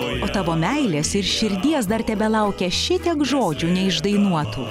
o tavo meilės ir širdies dar tebelaukia šitiek žodžių neišdainuotų